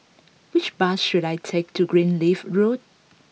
which bus should I take to Greenleaf Road